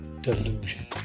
delusion